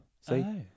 See